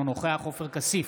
אינו נוכח עופר כסיף,